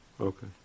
Okay